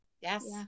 Yes